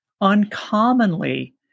uncommonly